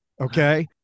Okay